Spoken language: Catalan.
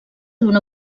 d’una